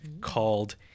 called